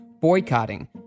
boycotting